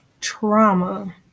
trauma